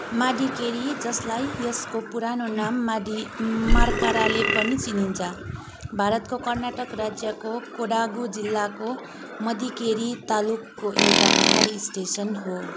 माडीकेरी जसलाई यसको पुरानो नाम माडी मर्काराले पनि चिनिन्छ भारतको कर्नाटक राज्यको कोडागू जिल्लाको माडीकेरी तालुकको एउटा पहाडी स्टेसन हो